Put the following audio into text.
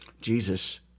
Jesus